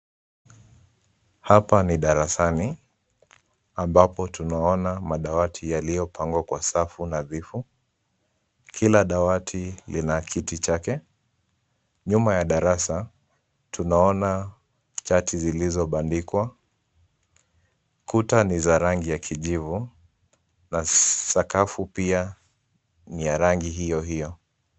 Hapa ni darasani ambapo tunaona madawati yaliyopangwa kwa safu nadhifu. Kila dawati lina kiti chake. Nyuma ya darasa tunaona chati zilizobandikwa. Kuta ni za rangi ya kijivu na sakafu pia ni ya rangi hiyo.